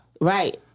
Right